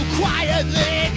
quietly